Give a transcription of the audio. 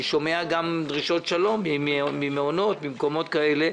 אני שומע גם דרישות שלום ממעונות, ממקומות כאלה,